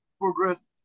progress